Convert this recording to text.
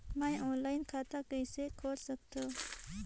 मैं ऑनलाइन खाता कइसे खोल सकथव?